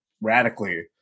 radically